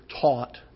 taught